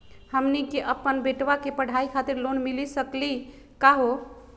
हमनी के अपन बेटवा के पढाई खातीर लोन मिली सकली का हो?